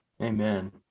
Amen